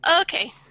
Okay